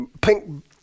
pink